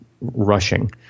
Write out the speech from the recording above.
rushing